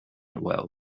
well